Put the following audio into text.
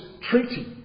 treaty